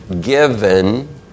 given